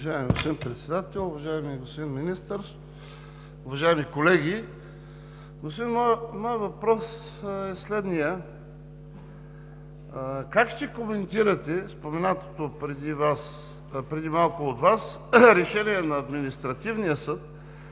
Уважаеми господин председател, уважаеми господин Министър, уважаеми колеги! Моят въпрос е следният: как ще коментирате споменатото преди малко от Вас решение на Административния съд,